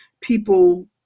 people